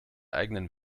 eigenen